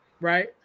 right